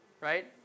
Right